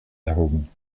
erhoben